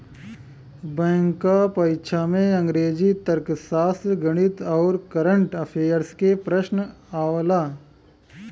bank क परीक्षा में अंग्रेजी, तर्कशास्त्र, गणित आउर कंरट अफेयर्स के प्रश्न आवला